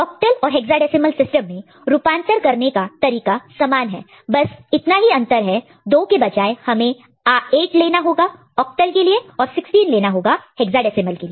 octal और hexadecimal system में रूपांतर कन्वर्शन conversion करने का तरीका समान है बस इतना ही अंतर है 2 के बजाय हमें 8 लेना होगा ऑक्टल के लिए और 16 लेना होगा हेक्साडेसिमल के लिए